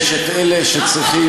אתה רוצה